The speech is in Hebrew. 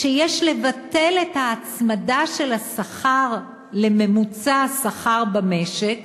שיש לבטל את ההצמדה של השכר לשכר הממוצע במשק